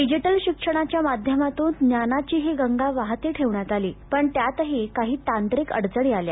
digital शिक्षणाच्या माध्यमातून ज्ञानाची ही गंगा वाहती ठेवण्यात आली पण त्यातही काही तांत्रिक अडचणी आल्या